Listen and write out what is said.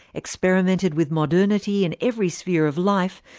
experimented with modernity in every sphere of life,